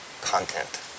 content